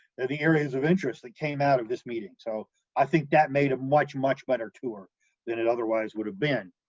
ah the areas of interest that came out of this meeting, so i think that made a much, much better tour than it otherwise would have been.